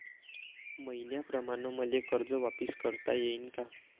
मईन्याप्रमाणं मले कर्ज वापिस करता येईन का?